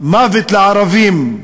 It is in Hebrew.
"מוות לערבים"